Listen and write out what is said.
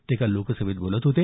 ते काल लोकसभेत बोलत होते